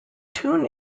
tune